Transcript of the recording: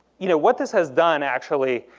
you know what this has done, actually,